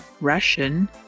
Russian